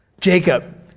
Jacob